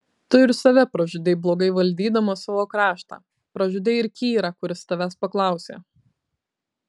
tu ir save pražudei blogai valdydamas savo kraštą pražudei ir kyrą kuris tavęs paklausė